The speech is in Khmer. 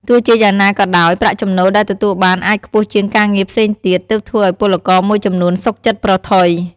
ទោះជាយ៉ាងណាក៏ដោយ ប្រាក់ចំណូលដែលទទួលបានអាចខ្ពស់ជាងការងារផ្សេងទៀត ទើបធ្វើឱ្យពលករមួយចំនួនសុខចិត្តប្រថុយ ។